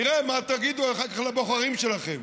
נראה מה תגידו אחר כך לבוחרים שלכם.